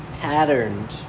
patterned